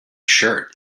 shirt